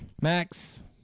Max